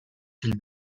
fil